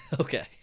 Okay